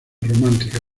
romántica